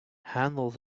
handle